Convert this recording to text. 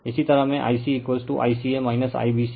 इसी तरह मैं Ic ICA IBC